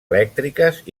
elèctriques